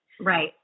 right